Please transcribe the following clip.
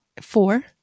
four